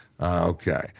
Okay